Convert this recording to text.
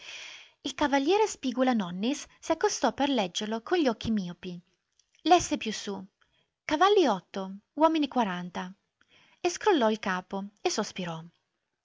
il cav spigula-nonnis si accostò per leggerlo con gli occhi miopi lesse più su avalli omini e scrollò il capo e sospirò